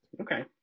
okay